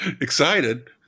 excited